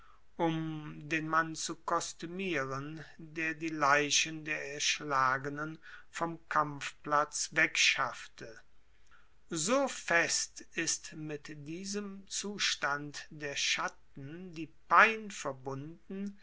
um den mann zu kostuemieren der die leichen der erschlagenen vom kampfplatz wegschaffte so fest ist mit diesem zustand der schatten die pein verbunden